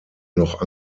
noch